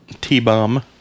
T-Bomb